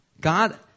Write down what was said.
God